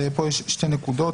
פה יש שתי נקודות.